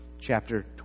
chapter